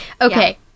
okay